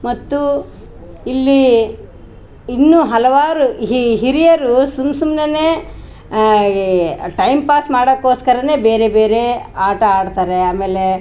ಮತ್ತು ಇಲ್ಲಿ ಇನ್ನು ಹಲವಾರು ಹಿರಿಯರು ಸುಮ್ ಸುಮ್ನೆನೆ ಟೈಮ್ ಪಾಸ್ ಮಾಡೋಕೋಸ್ಕರನೆ ಬೇರೆ ಬೇರೆ ಆಟ ಆಡ್ತಾರೆ ಅಮೇಲೆ